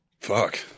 Fuck